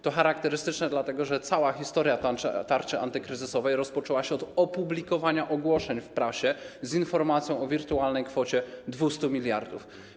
To charakterystyczne, dlatego że cała historia tarczy antykryzysowej rozpoczęła się od zamieszczenia ogłoszeń w prasie z informacją o wirtualnej kwocie 200 mld.